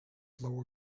blow